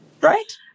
Right